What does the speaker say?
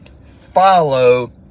follow